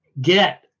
get